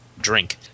drink